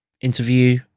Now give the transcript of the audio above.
interview